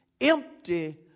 empty